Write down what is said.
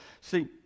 See